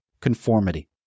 conformity